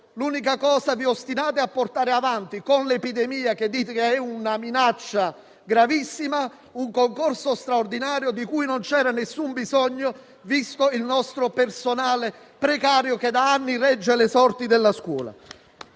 L'unica cosa che vi ostinate a portare avanti, nonostante l'epidemia che dite sia una minaccia gravissima, è un concorso straordinario di cui non c'era nessun bisogno visto il nostro personale precario che da anni regge le sorti della scuola.